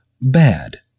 bad